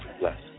Bless